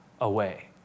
away